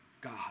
God